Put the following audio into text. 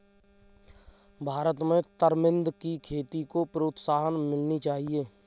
भारत में तरमिंद की खेती को प्रोत्साहन मिलनी चाहिए